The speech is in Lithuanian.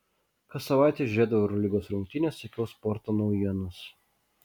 kas savaitę žiūrėdavau eurolygos rungtynes sekiau sporto naujienas